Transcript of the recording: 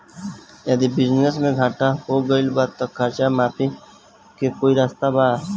यदि बिजनेस मे घाटा हो गएल त कर्जा माफी के कोई रास्ता बा?